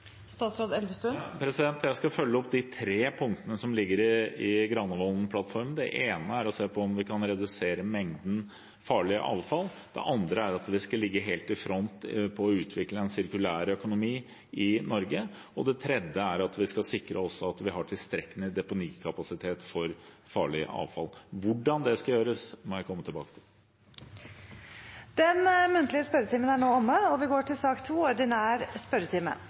Jeg skal følge opp de tre punktene som ligger i Granavolden-plattformen. Det ene er å se på om vi kan redusere mengden farlig avfall. Det andre er at vi skal ligge helt i front for utvikling av sirkulær økonomi i Norge. Det tredje er at vi skal sikre at vi har tilstrekkelig deponikapasitet for farlig avfall. Hvordan det skal gjøres, må jeg komme tilbake til. Den muntlige spørretimen er nå omme. Det blir noen endringer i den oppsatte spørsmålslisten, og presidenten viser i den sammenheng til